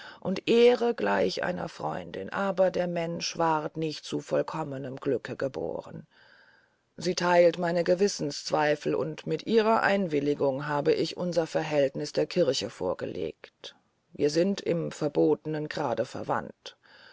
und ehre gleich einer freundin aber der mensch ward nicht zu vollkommenem glück gebohren sie theilt meine gewissenszweifel und mit ihrer einwilligung habe ich unser verhältniß der kirche vorgelegt wir sind im verbotnen grade verwandt